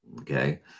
Okay